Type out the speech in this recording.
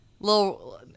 Little